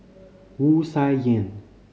Wu Tsai Yen